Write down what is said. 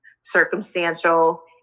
circumstantial